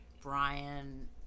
Brian